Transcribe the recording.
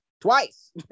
twice